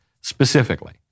specifically